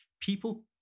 people